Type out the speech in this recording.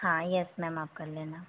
हाँ yes ma'am आप कर लेना